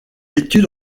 étude